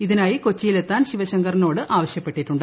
ഇതിനായി കൊച്ചിയിൽ എത്താൻ ശിവശങ്കറിനോട് ആവശ്യപ്പെട്ടിട്ടുണ്ട്